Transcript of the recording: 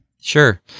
Sure